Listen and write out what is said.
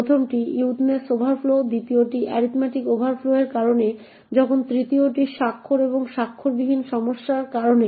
প্রথমটি widthness overflow দ্বিতীয়টি arithmetic ওভারফ্লোয়ের কারণে যখন তৃতীয়টি স্বাক্ষর এবং স্বাক্ষরবিহীন সমস্যার কারণে